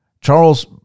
Charles